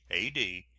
a d.